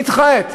והיא נדחית.